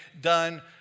done